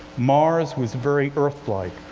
mars was very earth-like.